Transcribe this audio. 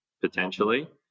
potentially